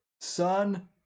Son